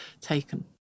taken